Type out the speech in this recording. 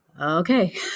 Okay